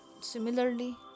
Similarly